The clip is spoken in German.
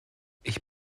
ich